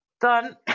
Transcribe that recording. done